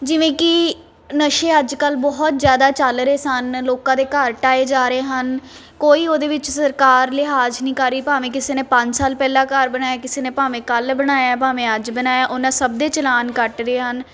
ਜਿਵੇਂ ਕਿ ਨਸ਼ੇ ਅੱਜ ਕੱਲ੍ਹ ਬਹੁਤ ਜ਼ਿਆਦਾ ਚੱਲ ਰਹੇ ਸਨ ਲੋਕਾਂ ਦੇ ਘਰ ਢਾਏ ਜਾ ਰਹੇ ਹਨ ਕੋਈ ਉਹਦੇ ਵਿੱਚ ਸਰਕਾਰ ਲਿਹਾਜ਼ ਨਹੀਂ ਕਰ ਰਹੀ ਭਾਵੇਂ ਕਿਸੇ ਨੇ ਪੰਜ ਸਾਲ ਪਹਿਲਾਂ ਘਰ ਬਣਾਇਆ ਕਿਸੇ ਨੇ ਭਾਵੇਂ ਕੱਲ੍ਹ ਬਣਾਇਆ ਭਾਵੇਂ ਅੱਜ ਬਣਾਇਆ ਉਹਨਾਂ ਸਭ ਦੇ ਚਲਾਨ ਕੱਟ ਰਹੇ ਹਨ